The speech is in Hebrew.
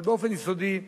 אבל באופן יסודי,